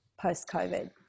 post-COVID